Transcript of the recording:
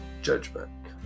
judgment